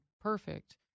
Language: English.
perfect